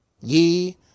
ye